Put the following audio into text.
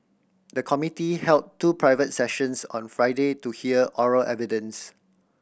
the committee held two private sessions on Friday to hear oral evidence